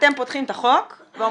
אתם פותחים את החוק ואומרים,